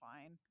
fine